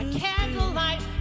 candlelight